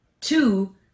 two